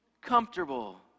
comfortable